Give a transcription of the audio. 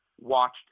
watched